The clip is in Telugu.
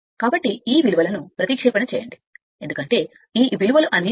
కాబట్టి ఈ విలువలను ప్రతిక్షేపణ చేయండి ఎందుకంటే ఈ విలువలు అన్నీ తెలుసు